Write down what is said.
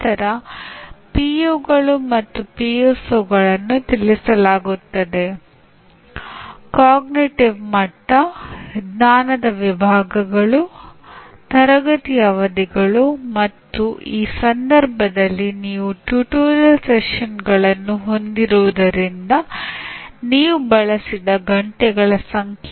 ಒಂದು ವಿಷಯವನ್ನು ನೆನಪಿನಲ್ಲಿಟ್ಟುಕೊಳ್ಳಬೇಕು ಸೂಚಿಸಲಾದ ಯಾವುದೇ ವಿಧಾನವು ನಿರ್ಣಾಯಕಕ್ಕಿಂತ ಹೆಚ್ಚಾಗಿ ಸಂಭವನೀಯವಾಗಿರುತ್ತದೆ ಏಕೆಂದರೆ ನಾವು ಗಮನಿಸಿದಂತೆ ಕಲಿಕೆಯು ಹಲವಾರು ಅಂಶಗಳ ಕಾರ್ಯವಾಗಿದೆ